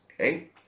okay